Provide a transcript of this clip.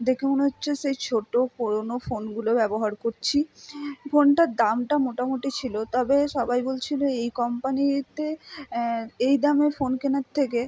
দেখে মনে হচ্ছে সেই ছোটো পুরোনো ফোনগুলো ব্যবহার করছি ফোনটার দামটা মোটামোটি ছিলো তবে সবাই বলছিলো এই কম্পানিতে এই দামের ফোন কেনার থেকে